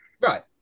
Right